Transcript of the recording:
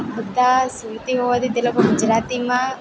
બધાં સુરતી હોવાથી તે લોકો ગુજરાતીમાં